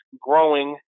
growing